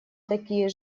такие